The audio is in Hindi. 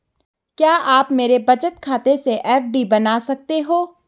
क्या आप मेरे बचत खाते से एफ.डी बना सकते हो?